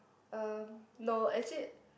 um no actually